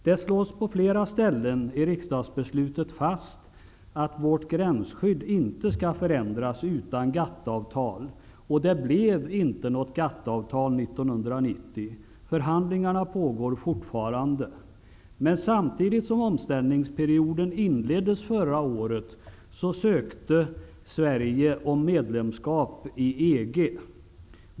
Det slås på flera ställen i riksdagsbeslutet fast att vårt gränsskydd inte skall förändras utan GATT avtal. Det blev inte något GATT-avtal 1990, förhandlingarna pågår fortfarande. Men samtidigt som omställningsperioden inleddes förra året ansökte Sverige om medlemskap i EG.